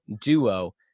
duo